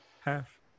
half